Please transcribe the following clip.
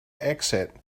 exit